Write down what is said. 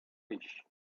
fish